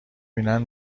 بینن